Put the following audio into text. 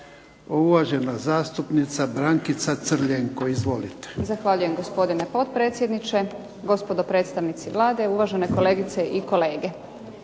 Uvažena kolegica Brankica Crljenko. Izvolite.